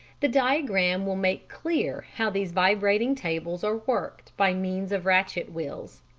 the diagram will make clear how these vibrating tables are worked by means of ratchet wheels.